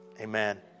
amen